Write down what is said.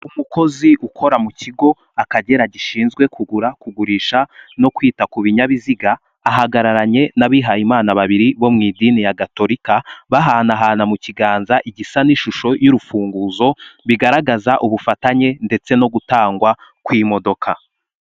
Umukozi ukora mu kigo Akagera gishinzwe kugura, kugurisha no kwita ku binyabiziga ahagararanye n'abihayimana babiri bo mu idini ya gatolika, bahanahana mu kiganza igisa n'ishusho y'urufunguzo bigaragaza ubufatanye ndetse no gutangwa kw'imodoka.